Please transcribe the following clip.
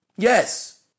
Yes